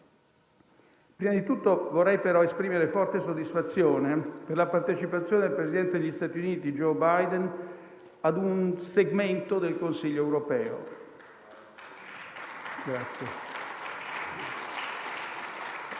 Prima di tutto, vorrei però esprimere forte soddisfazione per la partecipazione del presidente degli Stati Uniti Joe Biden a un segmento del Consiglio europeo.